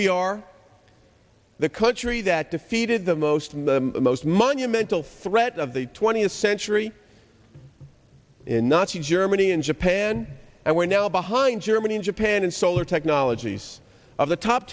we are the country that defeated the most and the most money mental threat of the twentieth century in nazi germany and japan and we're now behind germany and japan and solar technologies of the top